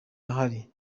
ahari